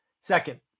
Second